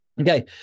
okay